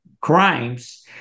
crimes